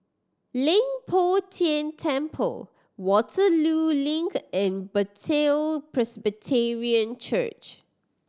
Leng Poh Tian Temple Waterloo Link and Bethel Presbyterian Church